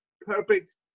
perfect